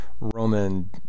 Roman